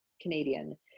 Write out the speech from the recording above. Canadian